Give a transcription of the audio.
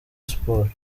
sport